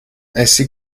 ainsi